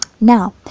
now